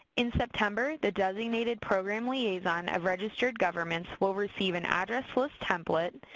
in september, the designated program liaison of registered governments will receive an address list template,